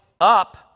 up